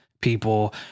people